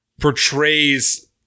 portrays